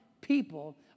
people